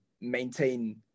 maintain